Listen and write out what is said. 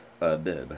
Abib